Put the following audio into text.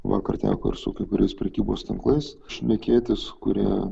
vakar teko ir su kai kuriais prekybos tinklais šnekėtis kurie